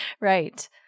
Right